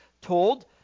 told